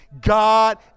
God